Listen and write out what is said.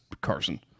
Carson